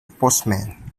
postman